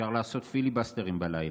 אפשר לעשות פיליבסטרים בלילה,